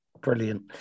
Brilliant